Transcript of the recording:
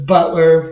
Butler